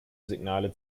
signale